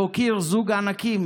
להוקיר זוג ענקים,